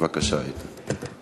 בבקשה, איתן.